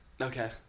Okay